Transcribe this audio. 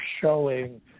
showing